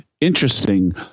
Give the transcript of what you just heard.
interesting